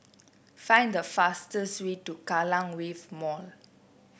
find the fastest way to Kallang Wave Mall